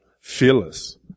fearless